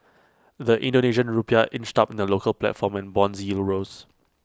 the Indonesian Rupiah inched up in the local platform and Bond yields rose